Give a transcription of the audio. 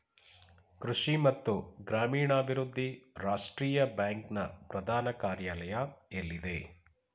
ಕೃಷಿ ಮತ್ತು ಗ್ರಾಮೀಣಾಭಿವೃದ್ಧಿ ರಾಷ್ಟ್ರೀಯ ಬ್ಯಾಂಕ್ ನ ಪ್ರಧಾನ ಕಾರ್ಯಾಲಯ ಎಲ್ಲಿದೆ?